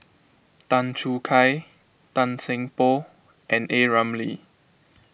Tan Choo Kai Tan Seng Poh and A Ramli